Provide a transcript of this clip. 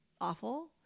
awful